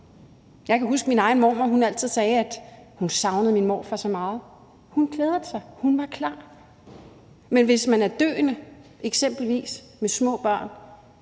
Jeg kan huske, at min egen mormor altid sagde, at hun savnede min morfar så meget. Hun glædede sig, og hun var klar. Men hvis man er døende og eksempelvis har små børn